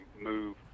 move